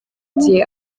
gihe